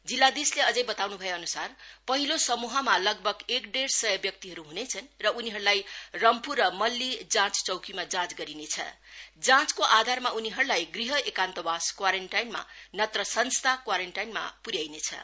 जिल्लाधीशले अझै बताउन् भएअनुसार पहिलो समूहमा लगभग एक डेड सय व्यक्तिहरू ह्नेछन् र उनीहरूलाई रम्फू र मल्ली जांच चौकीमा जाँच गरिनेछ जाँचको आधारमा उनीहरूलाई गृह एकान्तवास क्वारिन्टिन नत्र संस्था क्वारिन्टिन केन्द्रमा पठाइनेछन्